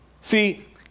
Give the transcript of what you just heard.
See